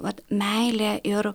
vat meilė ir